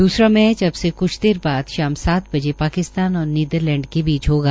द्सरा मैच अब से क्छ देश बाद शाम सात बजे पाकिस्तान और नीदरलैंड के बीच होगा